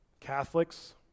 Catholics